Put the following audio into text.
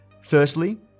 Firstly